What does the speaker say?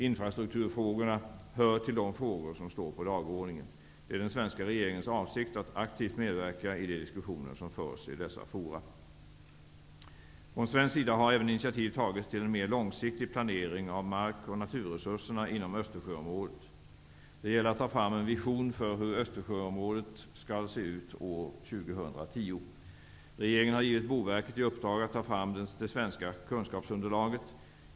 Infrastrukturfrågorna hör till de frågor som står på dagordningen. Det är den svenska regeringens avsikt att aktivt medverka i de diskussioner som förs i dessa forum. Från svensk sida har även initiativ tagits till en mer långsiktig planering av mark och naturresurserna inom Östersjöområdet. Det gäller att ta fram en vision för hur Östersjöområdet skall se ut år 2010. Regeringen har givit Boverket i uppdrag att ta fram det svenska kunskapsunderlaget.